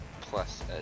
plus